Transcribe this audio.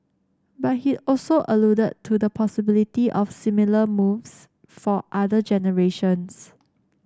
but he also alluded to the possibility of similar moves for other generations